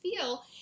feel